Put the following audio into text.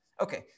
Okay